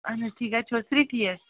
اہن حظ ٹھیٖک گَرِ چھو حظ سٲری ٹھیٖک